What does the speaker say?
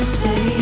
say